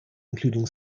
including